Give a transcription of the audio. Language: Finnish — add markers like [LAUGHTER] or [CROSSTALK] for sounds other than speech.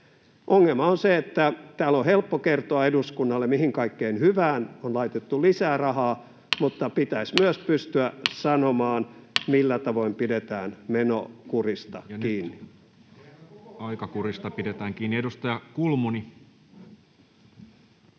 Ongelma on se, että täällä on helppo kertoa eduskunnalle, mihin kaikkeen hyvään on laitettu lisää rahaa, [NOISE] mutta pitäisi myös pystyä sanomaan, millä tavoin pidetään menokurista kiinni. [Speech 174] Speaker: Toinen varapuhemies